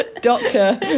doctor